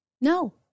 No